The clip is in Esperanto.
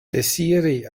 deziri